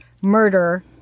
murder